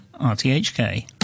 RTHK